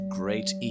great